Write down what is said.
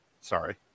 sorry